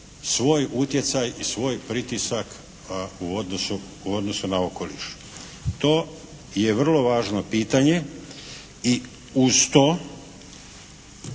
svoj utjecaj i svoj pritisak u odnosu na okoliš. To je vrlo važno pitanje i uz to